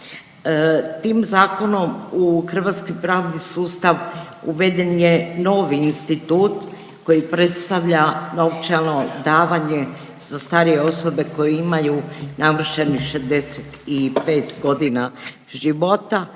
Tim zakonom u hrvatski pravni sustav uveden je novi institut koji predstavlja novčano davanje za starije osobe koje imaju navršenih 65.g. života,